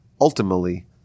Ultimately